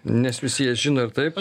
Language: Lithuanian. nes visi ją žino ir taip